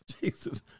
Jesus